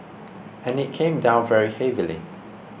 and it came down very heavily